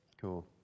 Cool